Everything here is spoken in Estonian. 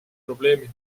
probleemid